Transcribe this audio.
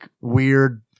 weird